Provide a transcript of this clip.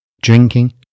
Drinking